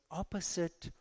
opposite